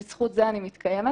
בזכות זה אני מתקיימת,